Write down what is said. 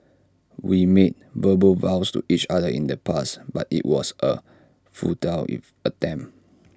we made verbal vows to each other in the past but IT was A futile if attempt